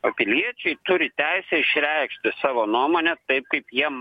o piliečiai turi teisę išreikšti savo nuomonę taip kaip jie